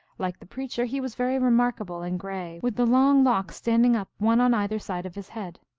like the preacher, he was very remarkable and gray, with the long locks standing up one on either side of his head.